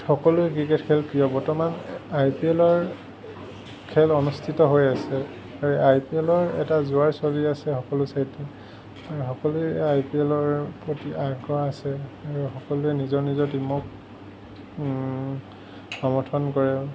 সকলোৰে ক্ৰিকেট খেল প্ৰিয় বৰ্তমান আই পি এলৰ খেল অনুষ্ঠিত হৈ আছে আৰু আই পি এলৰ এটা জোৱাৰ চলি আছে সকলো ঠাইতে আৰু সকলোৰে আই পি এলৰ প্ৰতি আগ্ৰহ আছে আৰু সকলোৱে নিজৰ নিজৰ টিমক সমৰ্থন কৰে